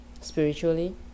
spiritually